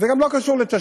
וזה גם לא קשור לתשתיות,